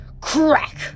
Crack